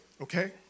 Okay